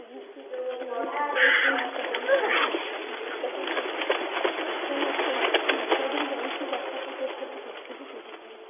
କୌଣସି କିଛି ବି କାର୍ଯ୍ୟକ୍ରମ କରୁନାହାନ୍ତି ଆଜିକାଲି ସବୁ ଏସବୁକୁ ନକରି ଯାଇକି ବାହାର ଦେଶରେ ଚାକିରୀ କରୁଛନ୍ତି